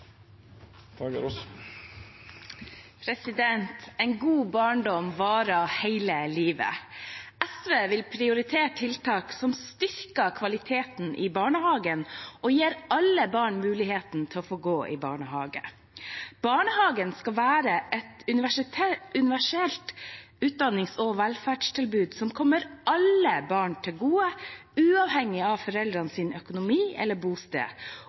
Norge. En god barndom varer hele livet. SV vil prioritere tiltak som styrker kvaliteten i barnehagen og gir alle barn muligheten til å få gå i barnehage. Barnehagen skal være et universelt utdannings- og velferdstilbud som kommer alle barn til gode, uavhengig av foreldrenes økonomi eller bosted.